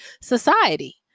society